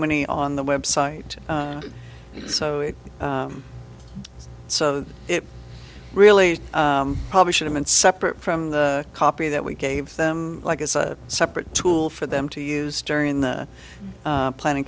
many on the web site so it so it really probably should have been separate from the copy that we gave them like it's a separate tool for them to use during the planning